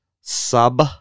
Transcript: Sub-